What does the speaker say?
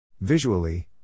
Visually